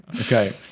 Okay